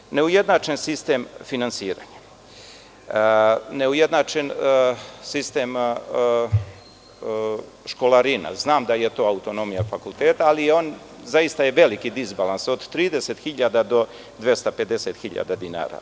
To su neujednačen sistem finansiranja, neujednačen sistem školarina, znam da je to autonomija fakulteta, ali zaista je veliki disbalans, od 30 hiljada do 250 hiljada dinara.